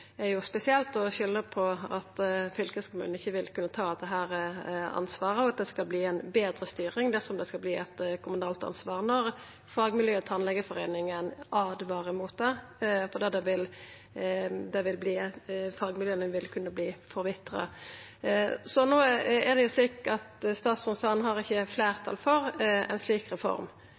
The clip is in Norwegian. er spesielt å skulda på at fylkeskommunen ikkje vil kunna ta dette ansvaret, og at det skal verta ei betre styring dersom det vert eit kommunalt ansvar, når fagmiljøet og Tannlegeforeininga åtvarar mot det, fordi fagmiljøa vil kunna forvitra. No er det slik at statsråden sa at han ikkje har fleirtal for ei slik reform. Det er eit par år sidan han fekk vita at dette ikkje